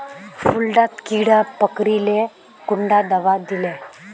फुल डात कीड़ा पकरिले कुंडा दाबा दीले?